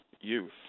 youth